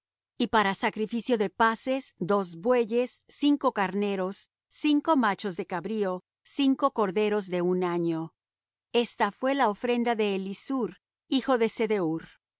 y para sacrificio de paces dos bueyes cinco carneros cinco machos de cabrío cinco corderos de un año esta fué la ofrenda de elisur hijo de sedeur